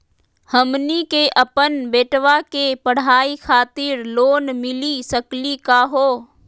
हमनी के अपन बेटवा के पढाई खातीर लोन मिली सकली का हो?